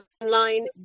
online